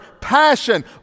passion